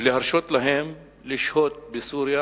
ולהרשות להם לשהות בסוריה